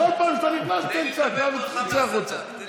בכל פעם שאתה נכנס, תן צעקה ותצא החוצה.